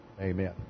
amen